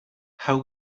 how